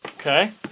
Okay